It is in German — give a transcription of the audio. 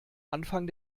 anfang